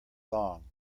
long